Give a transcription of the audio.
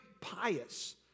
pious